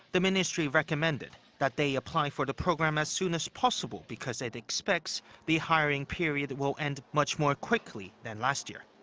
the ministry recommended that they apply for the program as soon as possible because it expects the hiring period will end much more quickly than last year.